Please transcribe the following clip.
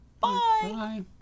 Bye